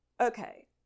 Okay